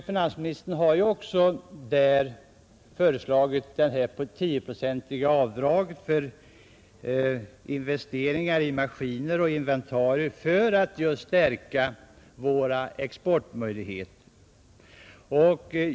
Finansministern har också där föreslagit ett tioprocentigt avdrag för investeringar i maskiner och inventarier just för att stärka våra exportmöjligheter.